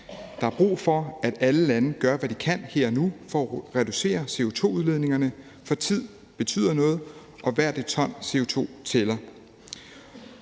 Der er brug for, at alle lande gør, hvad de kan her og nu, for at reducere CO2-udledningerne, for tid betyder noget og hvert et ton CO2 tæller.